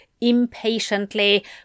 Impatiently